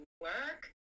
work